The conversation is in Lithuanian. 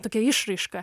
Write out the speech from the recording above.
tokia išraiška